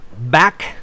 back